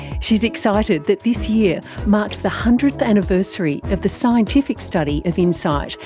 she's excited that this year marks the hundredth anniversary of the scientific study of insight,